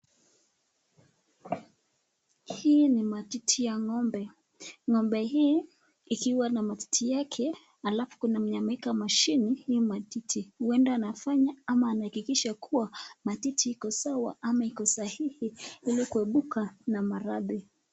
Hii ni matiti ya ngombe, ngombe hii ikiwa na matiti yake alafu kuna mwenye ameeka mashini ya hii matiti, huenda anafanya ama anahakikisha kuwa matiti iko sawa ama iko sahihi ili kuepuka na maradhi.